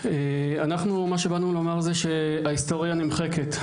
מה שבאנו לומר זה שההיסטוריה נמחקת.